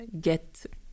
get